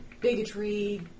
Bigotry